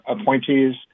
appointees